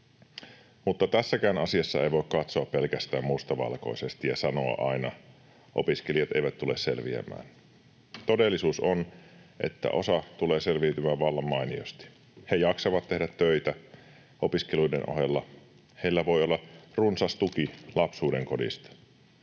mutta tässäkään asiassa ei voi katsoa pelkästään mustavalkoisesti ja sanoa aina: opiskelijat eivät tule selviämään. Todellisuus on, että osa tulee selviytymään vallan mainiosti. He jaksavat tehdä töitä opiskeluiden ohella. Heillä voi olla runsas tuki lapsuudenkodista.